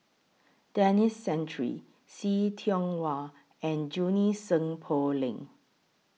Denis Santry See Tiong Wah and Junie Sng Poh Leng